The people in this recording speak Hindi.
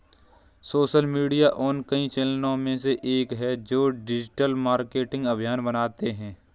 सोशल मीडिया उन कई चैनलों में से एक है जो डिजिटल मार्केटिंग अभियान बनाते हैं